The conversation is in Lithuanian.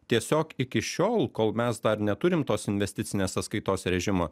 tiesiog iki šiol kol mes dar neturim tos investicinės sąskaitos režimo